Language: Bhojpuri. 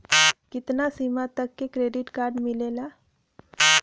कितना सीमा तक के क्रेडिट कार्ड मिलेला?